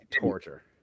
torture